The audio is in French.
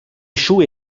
échouent